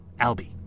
Albie